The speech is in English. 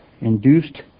induced